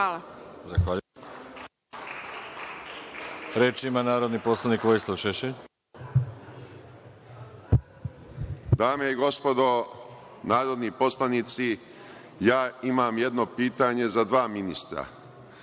Hvala. Reč ima narodni poslanik Vojislav Šešelj. **Vojislav Šešelj** Dame i gospodo narodni poslanici, ja imam jedno pitanje za dva ministra,